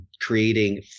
creating